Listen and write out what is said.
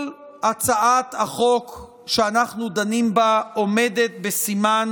כל הצעת החוק שאנחנו דנים בה עומדת בסימן